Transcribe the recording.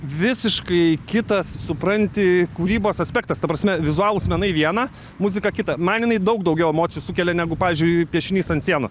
visiškai kitas supranti kūrybos aspektas ta prasme vizualūs menai viena muzika kita man jinai daug daugiau emocijų sukelia negu pavyzdžiui piešinys ant sienų